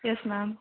yes ma'am